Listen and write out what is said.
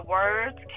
words